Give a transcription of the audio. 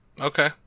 Okay